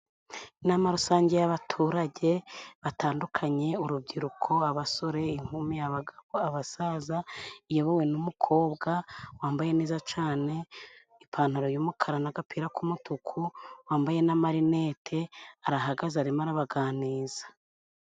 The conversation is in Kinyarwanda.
Inama rusange y'abaturage batandukanye urubyiruko, abasore, inkumi, abagabo, abasaza, iyobowe n'umukobwa wambaye neza cane, ipantaro y'umukara n'agapira k'umutuku, wambaye n'amarinete, arahagaze arimo arabaganiza.